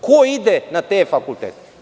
Ko ide na te fakultete?